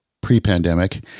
pre-pandemic